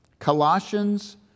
Colossians